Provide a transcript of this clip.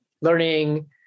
learning